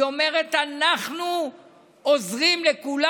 היא אומרת: אנחנו עוזרים לכולם.